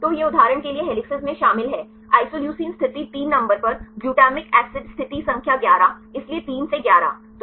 तो यह उदाहरण के लिए कई हेलिसेस में शामिल है आइसोल्यूसिन स्थिति 3 नंबर पर ग्लूटामाइन एसिड स्थिति संख्या 11 इसलिए 3 से 11